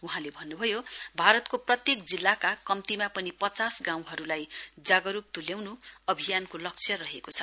वहाँले भन्न्भयो भारतको प्रत्येक जिल्लाका कम्तीमा पनि पचास गाउँहरूलाई जागरूकता तुल्याउन् अभियानको लक्ष्य रहेको छ